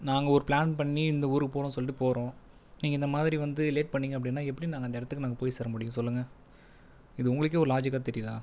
நாங்கள் ஒரு பிளான் பண்ணி இந்த ஊருக்கு போகணும்னு சொல்லிட்டு போகிறோம் நீங்கள் இந்த மாதிரி வந்து லேட் பண்ணிங்க அப்படின்னால் எப்படி நாங்கள் அந்த இடத்துக்கு நாங்கள் போய் சேர முடியும் சொல்லுங்கள் இது உங்களுக்கே ஒரு லாஜிக்காக தெரியுதா